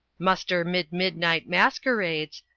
muster mid midnight masquerades,